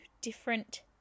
different